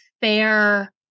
fair